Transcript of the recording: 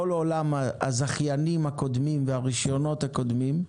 עולם הזכיינים הקודמים והרישיונות הקודמים,